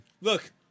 Look